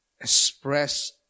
express